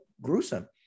gruesome